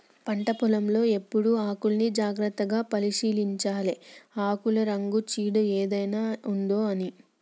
పంట పొలం లో ఎప్పుడు ఆకుల్ని జాగ్రత్తగా పరిశీలించాలె ఆకుల రంగు చీడ ఏదైనా ఉందొ అని